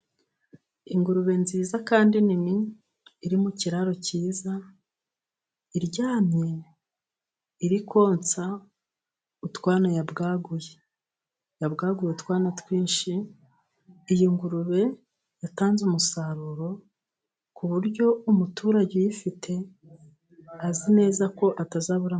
Ingurube nziza kandi nini iri mu kiraro cyiza iryamye iri konsa utwana yabwaguye, yabwaguye utwana twinshi. Iyi ngurube yatanze umusaruro ku buryo umuturage uyifite azi neza ko atazabura.